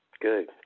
Good